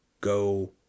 go